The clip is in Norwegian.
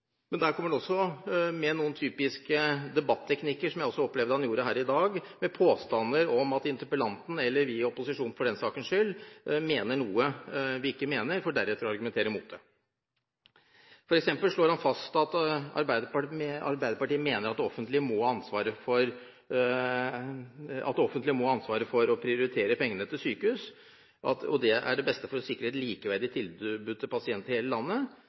Der kommer han med noen typiske debatteknikker – som jeg også opplevde han gjorde her i dag – med påstander om at interpellanten, eller vi i opposisjonen, for den saks skyld, mener noe vi ikke mener, for deretter å argumentere mot det. For eksempel slår han fast at Arbeiderpartiet mener at det offentlige må ha ansvaret for å prioritere pengene til sykehus, og at det er det beste for å sikre et likeverdig tilbud til pasienter i hele landet